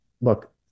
look